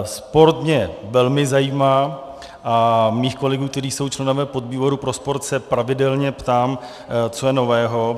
Sport mě velmi zajímá a svých kolegů, kteří jsou členové podvýboru pro sport, se pravidelně ptám, co je nového.